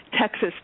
Texas